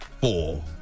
four